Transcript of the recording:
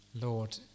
Lord